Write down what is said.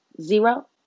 zero